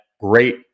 great